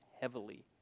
heavily